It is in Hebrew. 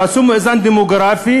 תעשו מאזן דמוגרפי,